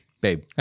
Babe